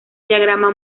diagrama